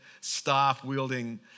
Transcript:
staff-wielding